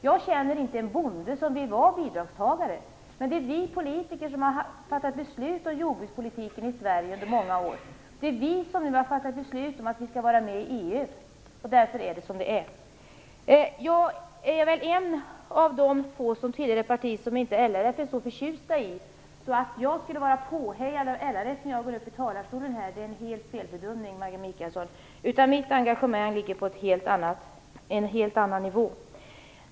Jag känner inte en bonde som vill vara bidragstagare, men det är vi politiker som har fattat beslut om jordbrukspolitiken i Sverige under många år. Det är vi som nu har fattat beslut om att Sverige skall vara med i EU, och därför är det som det är. Jag är en av de få som tillhör det parti som LRF inte är så förtjust i, så detta att jag skulle vara påhejad av LRF när jag går upp och talar om småföretag är en felbedömning. Mitt engagemang ligger på en helt annan nivå.